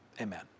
amen